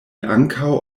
ankaŭ